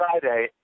Friday